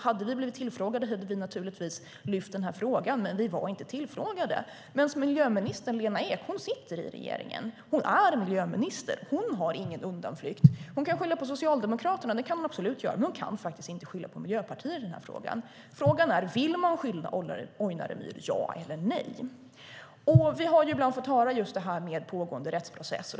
Hade vi blivit tillfrågade hade vi naturligtvis lyft upp frågan, men vi var inte tillfrågade. Miljöminister Lena Ek sitter i regeringen - hon är miljöminister. Hon har ingen undanflykt. Hon kan skylla på Socialdemokraterna, absolut, men hon kan inte skylla på Miljöpartiet i denna fråga. Frågan är: Vill man skydda Ojnare myr, ja eller nej? Vi har ibland fått höra just det här om pågående rättsprocesser.